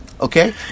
okay